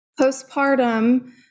postpartum